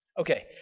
Okay